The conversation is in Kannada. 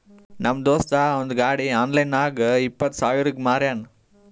ನಮ್ ದೋಸ್ತ ಅವಂದ್ ಗಾಡಿ ಆನ್ಲೈನ್ ನಾಗ್ ಇಪ್ಪತ್ ಸಾವಿರಗ್ ಮಾರ್ಯಾನ್